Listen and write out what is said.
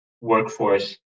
workforce